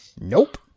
Nope